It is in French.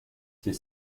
ses